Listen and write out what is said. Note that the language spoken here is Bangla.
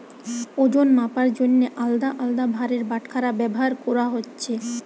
ওজন মাপার জন্যে আলদা আলদা ভারের বাটখারা ব্যাভার কোরা হচ্ছে